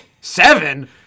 Seven